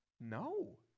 No